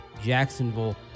Jacksonville